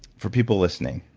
for people listening,